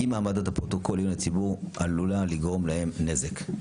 אם העמדת הפרוטוקול לעיון הציבור עלולה לגרום להם נזק.